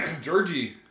Georgie